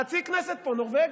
חצי כנסת פה נורבגית.